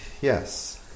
Yes